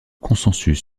consensus